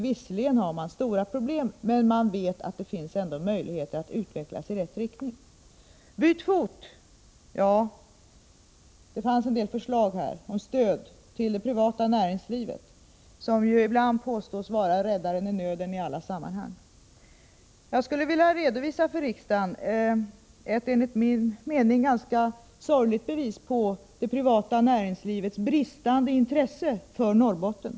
Visserligen har man stora problem, men man vet att det finns möjligheter till en utveckling i rätt riktning. Byt fot! utropar Per-Ola Eriksson och för fram förslag om stöd till det privata näringslivet, som ju ibland påstås vara räddaren i nöden i alla sammanhang. Jag skulle vilja redovisa för riksdagen ett enligt min mening ganska sorgligt bevis på det privata näringslivets bristande intresse för Norrbotten.